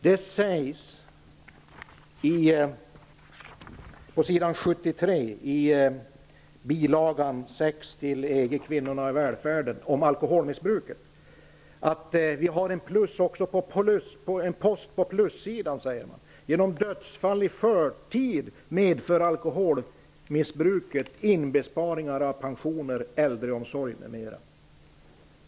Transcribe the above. Det sägs om alkoholmissbruket på s. 73 i bil. 6 att vi har en post på plussidan, eftersom alkoholmissbruket genom dödsfall i förtid medför inbesparingar av pensioner, äldeomsorg, m.m.